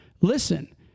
listen